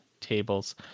tables